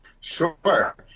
Sure